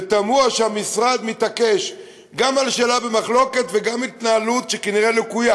ותמוה שהמשרד מתעקש גם על שאלה שבמחלוקת וגם בהתנהלות שהיא כנראה לקויה,